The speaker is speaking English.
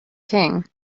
king